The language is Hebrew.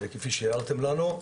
כפי שהערתם לנו.